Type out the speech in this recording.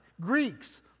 Greeks